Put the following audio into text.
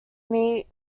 meet